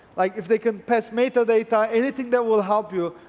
like if they can pass metadata, anything that will help you,